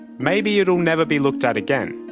maybe it'll never be looked at again.